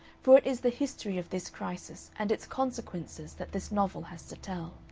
for it is the history of this crisis and its consequences that this novel has to tell.